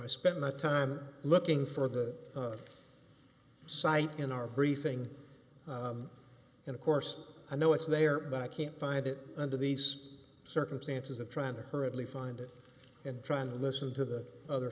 i spent my time looking for that site in our briefing and of course i know it's there but i can't find it under these circumstances and trying to hurriedly find it and trying to listen to the other